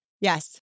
Yes